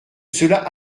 cela